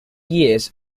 years